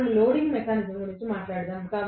మనము loading mechanism గురించి మాట్లాడుతాము